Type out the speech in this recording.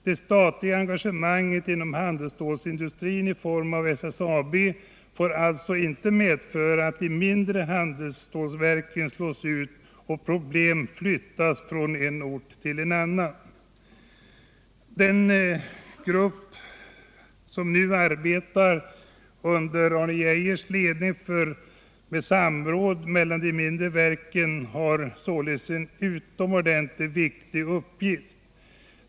Det statliga engagemanget inom handelsstålsindustrin i form av SSAB får alltså inte medföra att mindre handelsstålverk slås ut och problem sålunda flyttas från en ort till en annan.” Den grupp som nu arbetar under Arne Geijers ledning för samråd mellan de mindre verken har en utomordentligt viktig uppgift.